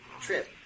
trip